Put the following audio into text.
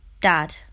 Dad